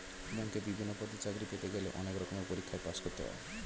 ব্যাংকে বিভিন্ন পদে চাকরি পেতে গেলে অনেক রকমের পরীক্ষায় পাশ করতে হয়